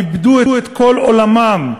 איבדו את כל עולמם,